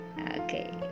Okay